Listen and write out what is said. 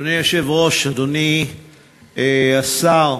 אדוני היושב-ראש, אדוני השר,